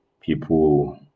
people